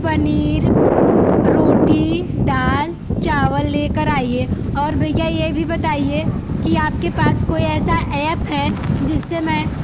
पनीर रोटी दाल चावल लेकर आइए और भैया ये भी बताइए कि आपके पास कोई ऐसा ऐप्प है जिससे मैं